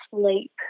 sleep